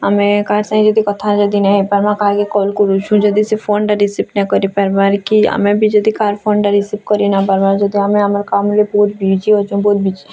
ଆମେ କାହା ସାଙ୍ଗେ ଯଦି କଥା ଯଦି ନେହିଁ ହେଇପାର୍ବା କାହାର୍ କେ କଲ୍ କରୁଛୁଁ ଯଦି ସେ ଫୋନ୍ଟା ରିସିଭ୍ ନାଇ କରି ପାର୍ବାର୍ କି ଆମେ ବି ଯଦି କାହାର୍ ଫୋନ୍ଟା ରିସିଭ୍ କରି ନା ପାର୍ବା ଯଦି ଆମେ ଆମର୍ କାମ୍ ରେ ବହୁତ୍ ବିଜି ଅଛୁଁ ବହୁତ୍ ବିଜି